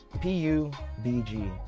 P-U-B-G